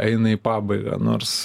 eina į pabaigą nors